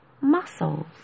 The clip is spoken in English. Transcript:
muscles